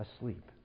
Asleep